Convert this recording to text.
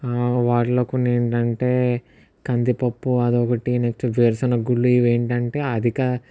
వాళ్ళకు ఏంటి అంటే కందిపప్పు అదొకటి నెక్స్ట్ వేరుశనగ గుళ్ళు ఇవి ఏంటి అంటే అధిక